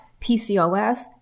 pcos